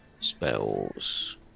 Spells